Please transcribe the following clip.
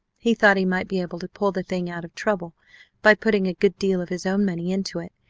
he thought he might be able to pull the thing out of trouble by putting a good deal of his own money into it,